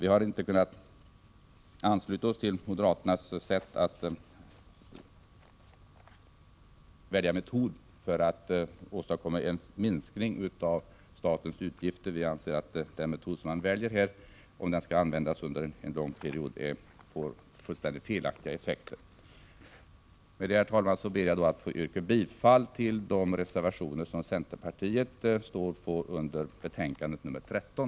Vi har inte kunnat ansluta oss till moderaternas metod för att åstadkomma en minskning av statsutgifterna. Vi anser att den metod som moderaterna väljer, om den används under lång period, får fullständigt felaktiga effekter. Med detta, herr talman, ber jag att få yrka bifall till de reservationer som centerpartiet står för i betänkande 13.